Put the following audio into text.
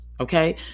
Okay